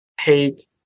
hate